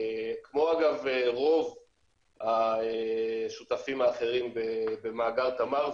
כמו אגב רוב השותפים האחרים במאגר תמר,